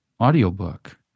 audiobook